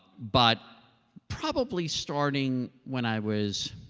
but probably starting when i was